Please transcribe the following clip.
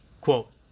quote